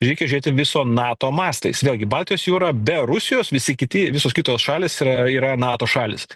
reikia žiūrėti viso nato mastais vėlgi baltijos jūra be rusijos visi kiti visos kitos šalys yra yra nato šalys